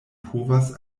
povas